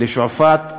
לשועפאט,